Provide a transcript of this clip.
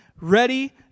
ready